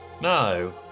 No